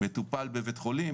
מטופל בבית חולים,